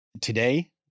Today